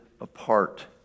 apart